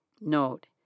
Note